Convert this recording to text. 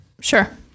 Sure